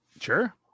Sure